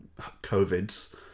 Covid's